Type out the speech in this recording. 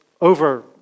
over